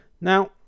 Now